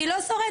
אני לא שורדת,